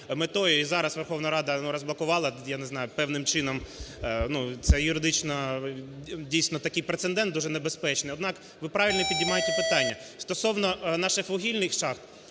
метою. І зараз Верховна Рада, ну, розблокувала, я не знаю, певним чином. Ну, це юридично, дійсно, такий прецедент дуже небезпечний. Однак ви правильно піднімаєте питання. Стосовно наших вугільних шахт.